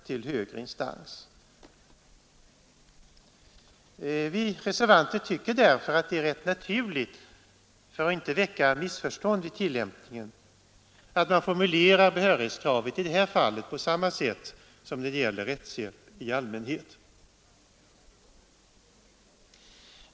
Vi reservanter tycker därför att det är ganska naturligt, för att inte väcka missförstånd vid tillämpningen, att man formulerar behörighetskravet i detta fall på samma sätt som när det gäller rättshjälp i allmänhet.